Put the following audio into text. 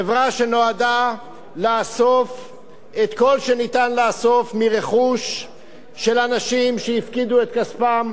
חברה שנועדה לאסוף את כל שניתן לאסוף מרכוש של אנשים שהפקידו את כספם